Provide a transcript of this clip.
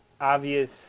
obvious